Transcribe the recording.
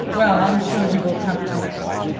well, i'm sure he will come to-night.